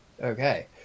okay